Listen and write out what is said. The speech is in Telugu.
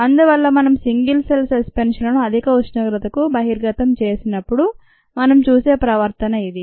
అందువల్ల మనం సింగిల్ సెల్ సస్పెన్షన్ లను అధిక ఉష్ణోగ్రతకు బహిర్గతం చేసినప్పుడు మనం చూసే ప్రవర్తన ఇది